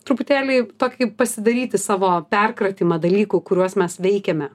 truputėlį tokį pasidaryti savo perkratymą dalykų kuriuos mes veikiame